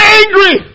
angry